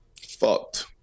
Fucked